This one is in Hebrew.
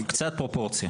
קצת פרופורציה.